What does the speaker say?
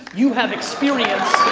you have experience.